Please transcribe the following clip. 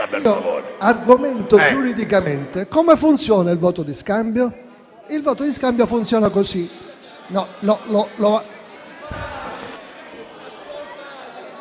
argomento giuridicamente come funziona il voto di scambio. Il voto di scambio funziona così.